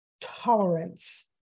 tolerance